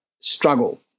struggle